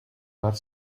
not